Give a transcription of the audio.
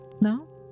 No